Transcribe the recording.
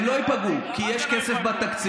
הם לא ייפגעו, כי יש כסף בתקציב.